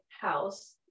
house